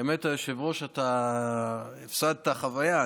האמת, היושב-ראש, אתה הפסדת חוויה.